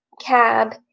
cab